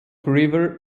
river